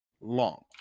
long